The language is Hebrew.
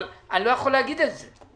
אבל אני לא יכול להגיד את זה.